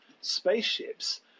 spaceships